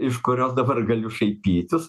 iš kurios dabar galiu šaipytis